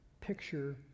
picture